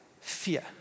fear